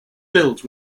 built